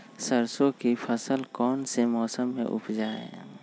सरसों की फसल कौन से मौसम में उपजाए?